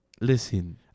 Listen